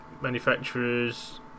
manufacturers